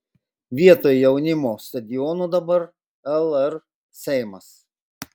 vietoj jaunimo stadiono dabar lr seimas